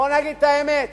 בואו נגיד את האמת,